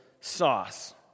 sauce